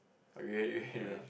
I got you here